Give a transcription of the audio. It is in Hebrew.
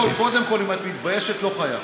אבל בגדול, קודם כול, אם את מתביישת, לא חייב.